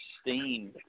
steam